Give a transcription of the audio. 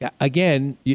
again